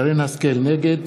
נגד